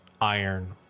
iron